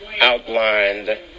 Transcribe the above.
outlined